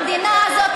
המדינה הזאת,